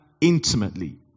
intimately